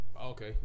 Okay